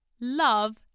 love